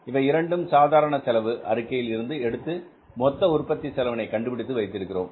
இவை இரண்டும் சாதாரண செலவு அறிக்கையில் இருந்து எடுத்து மொத்த உற்பத்தி செலவினை கண்டுபிடித்து வைத்திருக்கிறோம்